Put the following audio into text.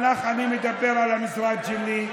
אני מדבר על המשרד שלי,